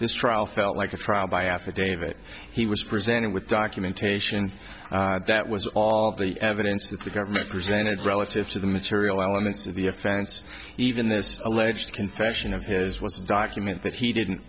this trial felt like a trial by affidavit he was presented with documentation and that was all the evidence that the government presented relative to the material elements of the offense even this alleged confession of his was a document that he didn't